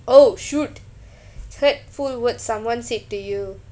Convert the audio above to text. oh shoot hurtful words someone said to you